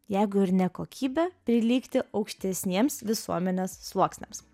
jeigu ir ne kokybe prilygti aukštesniems visuomenės sluoksniams